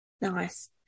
Nice